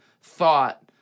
thought